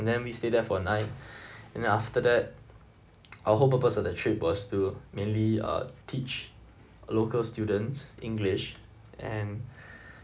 then we stay there for a night and then after that our whole purpose of the trip was to mainly uh teach local students english and